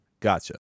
Gotcha